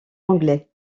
anglais